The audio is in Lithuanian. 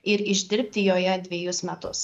ir išdirbti joje dvejus metus